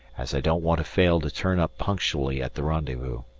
as i don't want to fail to turn up punctually at the rendezvous.